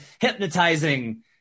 hypnotizing